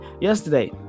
yesterday